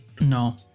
No